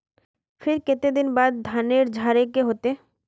फिर केते दिन बाद धानेर झाड़े के होते?